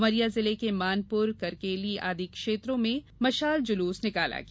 उमरिया जिले के मानपुर करकेली आदि क्षेत्रों में मसाल जुलूस निकाला गया